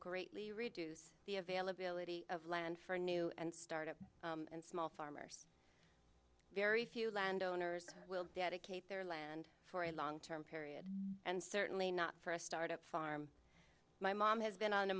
greatly reduce the availability of land for new and start up and small farmers very few landowners will dedicate their land for a long term period and certainly not for a start up farm my mom has been on a